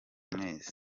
meza